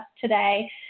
today